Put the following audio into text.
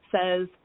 says